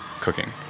cooking